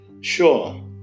sure